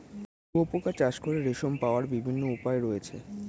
শুঁয়োপোকা চাষ করে রেশম পাওয়ার বিভিন্ন উপায় রয়েছে